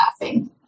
laughing